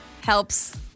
helps